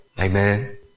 amen